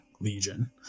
Legion